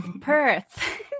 Perth